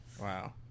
Wow